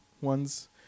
ones